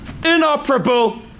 Inoperable